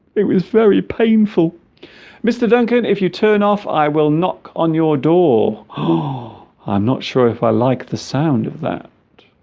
it was very painful mr. duncan if you turn off i will knock on your door oh i'm not sure if i like the sound of that